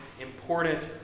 important